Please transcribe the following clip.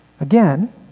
Again